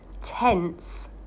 tense